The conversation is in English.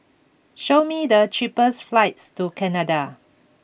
show me the cheapest flights to Canada